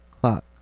clock